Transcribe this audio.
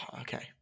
okay